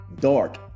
dark